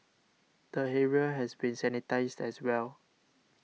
the area has been sanitised as well